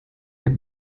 der